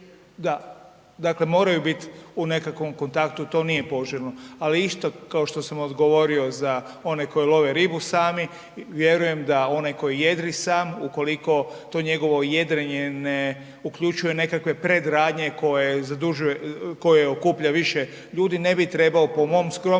dakle moraju bit u nekakvom kontaktu, to nije poželjno. Ali isto kao što sam odgovorio za one koji love ribu sami vjerujem da onaj koji jedri sam ukoliko to njegovo jedrenje ne uključuje nekakve predradnje koje zadužuje, koje okuplja više ljudi, ne bi trebao po mom skromnom